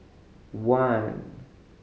one